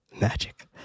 magic